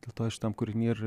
dėl šitam kūriny ir